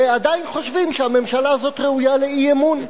ועדיין חושבים שהממשלה הזאת ראויה לאי-אמון.